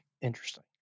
interesting